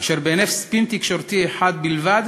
אשר בהינף ספין תקשורתי אחד בלבד